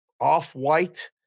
off-white